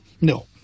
No